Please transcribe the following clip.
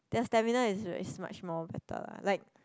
their stamina is really much more better lah like